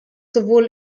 sowohl